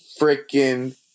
freaking